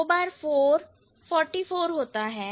दो बार 4 forty four होता है